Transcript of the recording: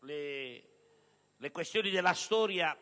le ragioni della storia